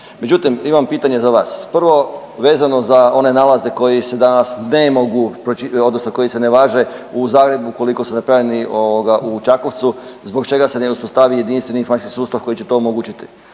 Međutim, imam pitanje za vas. Prvo vezano za one nalaze koji se danas ne mogu, odnosno koji ne važe u Zagrebu ukoliko su napravljeni u Čakovcu. Zbog čega se ne uspostavi jedinstveni informacijski sustav koji će to omogućiti.